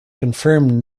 confirmed